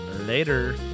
Later